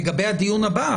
לגבי הדיון הבא.